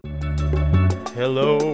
hello